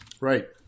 Right